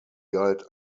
galt